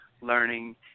learning